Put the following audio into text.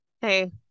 Hey